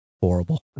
horrible